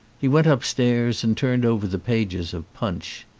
he went upstairs and turned over the pages of punch.